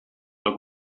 del